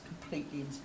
completely